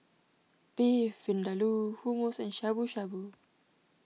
Beef Vindaloo Hummus and Shabu Shabu